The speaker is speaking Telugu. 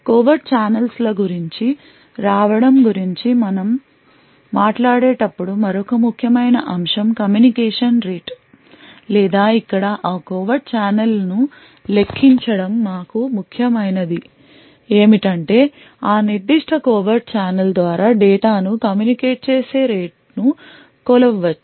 కోవర్ట్ చానెల్స్ ల గురించి రావడం గురించి మనం మాట్లాడేటప్పుడు మరొక ముఖ్యమైన అంశం కమ్యూనికేషన్ రేటు లేదా ఇక్కడ ఆ కోవర్ట్ ఛానెల్ను లెక్కించడం మాకు ముఖ్యమైనది ఏమిటంటే ఆ నిర్దిష్ట కోవర్ట్ ఛానెల్ ద్వారా డేటాను కమ్యూనికేట్ చేసే రేటును కొలవ వచ్చు